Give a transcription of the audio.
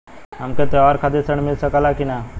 हमके त्योहार खातिर त्रण मिल सकला कि ना?